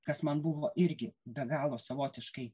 kas man buvo irgi be galo savotiškai